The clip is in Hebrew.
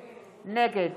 נגד עוזי דיין, נגד